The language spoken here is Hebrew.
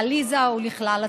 לעליזה ולכלל הצוות.